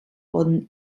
worden